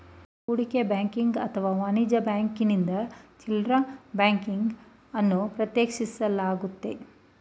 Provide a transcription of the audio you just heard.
ಹೂಡಿಕೆ ಬ್ಯಾಂಕಿಂಗ್ ಅಥವಾ ವಾಣಿಜ್ಯ ಬ್ಯಾಂಕಿಂಗ್ನಿಂದ ಚಿಲ್ಡ್ರೆ ಬ್ಯಾಂಕಿಂಗ್ ಅನ್ನು ಪ್ರತ್ಯೇಕಿಸಲಾಗುತ್ತೆ